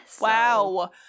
Wow